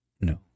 No